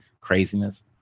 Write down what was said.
craziness